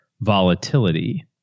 volatility